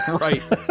Right